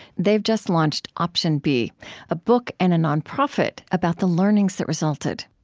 they've just launched option b a book and a non-profit about the learnings that resulted